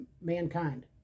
mankind